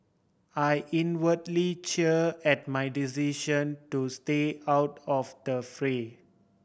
I inwardly cheer at my decision to stay out of the fray